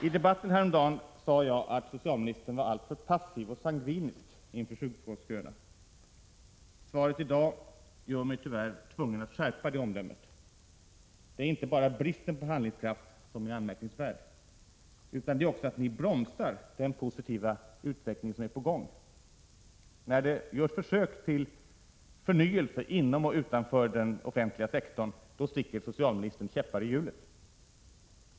I debatten häromdagen sade jag att socialministern var alltför passiv och sangvinisk inför sjukvårdsköerna. Svaret i dag gör mig tyvärr tvungen att skärpa det omdömet. Det är inte bara bristen på handlingskraft som är anmärkningsvärd, utan också det att ni bromsar den positiva utveckling som är på gång. När det görs försök till förnyelse inom och utanför den offentliga sektorn, sticker socialministern käppar i hjulet.